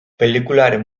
pelikularen